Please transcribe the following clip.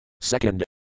Second